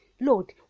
Lord